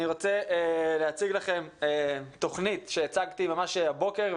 אני רוצה להציג לכם תוכנית שהצגתי ממש הבוקר,